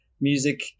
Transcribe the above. music